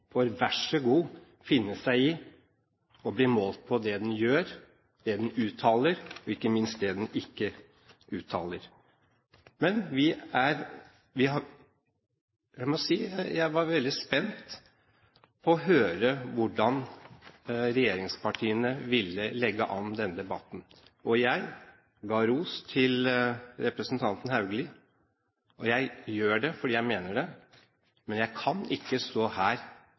får vær så god finne seg i å bli målt på det den gjør, det den uttaler, og ikke minst det den ikke uttaler. Jeg må si jeg var veldig spent på å høre hvordan regjeringspartiene ville legge an denne debatten. Jeg ga ros til representanten Haugli, og jeg gjør det fordi jeg mener det, men jeg kan ikke stå her